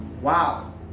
Wow